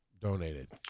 Donated